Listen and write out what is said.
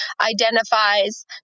identifies